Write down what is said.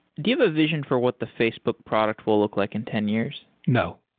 do you have a vision for what the facebook product will look like in ten years? no.